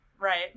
right